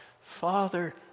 Father